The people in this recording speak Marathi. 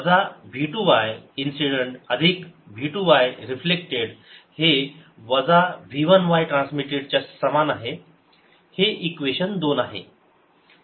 वजा v 2 y इन्सिडेंट अधिक v 2 y रिफ्लेक्टेड हे वजा v 1 y ट्रान्समिटेड च्या समान आहे हे इक्वेशन दोन आहे